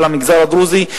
למגזר הדרוזי,